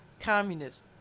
communists